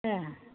ओं